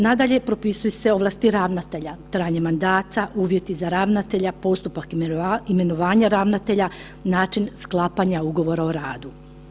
Nadalje, propisuje se ovlasti ravnatelja, trajanje mandata, uvjeti za ravnatelja, postupak imenovanja ravnatelja, način sklapanja Ugovora o radu.